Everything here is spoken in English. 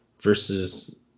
versus